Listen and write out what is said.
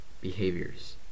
Behaviors